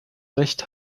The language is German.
recht